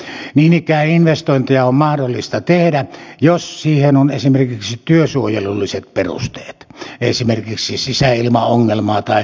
niin ikään investointeja on mahdollista tehdä jos siihen on esimerkiksi työsuojelulliset perusteet esimerkiksi sisäilmaongelmaa tai tämäntyyppistä